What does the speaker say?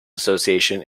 association